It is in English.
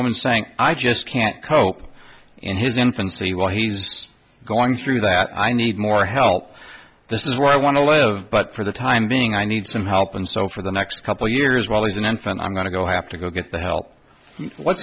woman saying i just can't cope in his infancy while he's going through that i need more help this is what i want to learn but for the time being i need some help and so for the next couple years well as an infant i'm going to go have to go get the help what